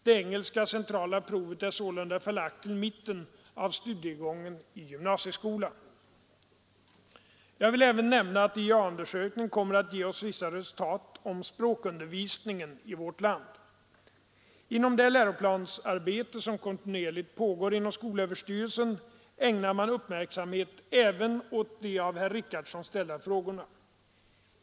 Det engelska centrala provet är sålunda förlagt till mitten av studiegången i gymnasieskolan. Jag vill även nämna att IEA-undersökningen kommer att ge oss vissa resultat om språkundervisningen i vårt land. Inom det läroplansarbete som kontinuerligt pågår inom skolöverstyrelsen ägnar man uppmärksamhet även åt de av herr Richardson ställda frågorna.